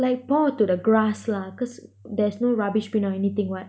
like pour onto the grass lah cause there's no rubbish bin or anything [what]